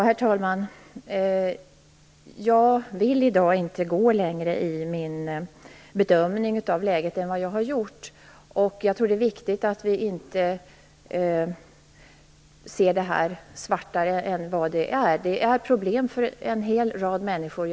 Herr talman! Jag vill i dag inte gå längre i min bedömning av läget än vad jag har gjort. Jag tror att det är viktigt att vi inte ser detta svartare än vad det är. Det är problem för en hel rad människor.